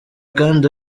kandi